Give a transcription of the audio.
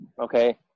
okay